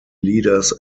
leaders